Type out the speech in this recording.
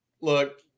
look